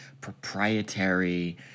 proprietary